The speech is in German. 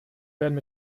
werden